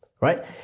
Right